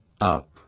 up